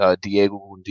Diego